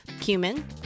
cumin